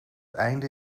einde